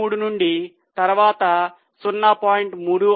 33 నుండి తరువాత 0